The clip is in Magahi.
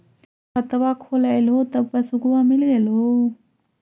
खतवा खोलैलहो तव पसबुकवा मिल गेलो?